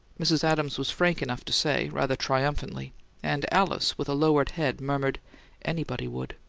mrs. adams was frank enough to say, rather triumphantly and alice, with a lowered head, murmured anybody would.